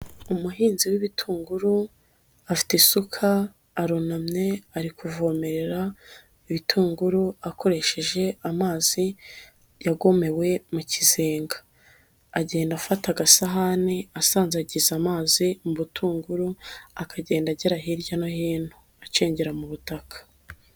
Umuhinzi w'ibitunguru, afite isuka, arunamye ari kuvomerera ibitunguru akoresheje amazi yagomewe mu kizenga, agenda afata agasahani asanzagiza amazi, mu butunguru akagenda, agera hirya no hino acengera mu butaka.